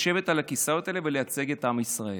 לשבת על הכיסאות האלה ולייצג את עם ישראל.